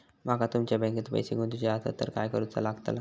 माका तुमच्या बँकेत पैसे गुंतवूचे आसत तर काय कारुचा लगतला?